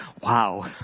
Wow